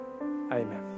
Amen